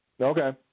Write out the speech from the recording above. Okay